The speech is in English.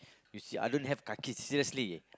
you see I don't have kakis seriously